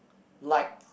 liked